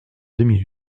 demi